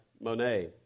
Monet